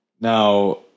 Now